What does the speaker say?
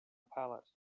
pallet